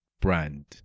brand